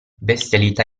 bestialità